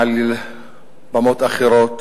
מעל במות אחרות,